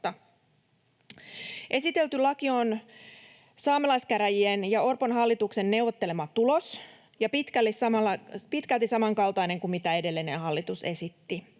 Esitelty laki on saamelaiskäräjien ja Orpon hallituksen neuvottelema tulos ja pitkälti samankaltainen kuin se, mitä edellinen hallitus esitti.